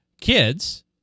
kids